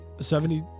Seventy